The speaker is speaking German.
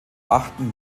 achten